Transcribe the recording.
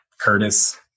Curtis